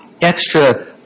extra